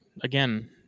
again